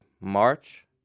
March